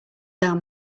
down